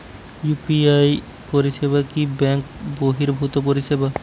UPI পরিসেবা কি bank বর্হিভুত পরিসেবা?